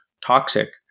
toxic